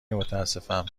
متاسفم